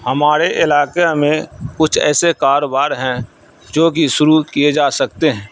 ہمارے علاقے میں کچھ ایسے کاروبار ہیں جو کہ شروع کیے جا سکتے ہیں